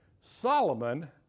Solomon